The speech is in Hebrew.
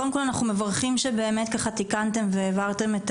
קודם כל אנחנו מברכים שתיקנתם והעברתם את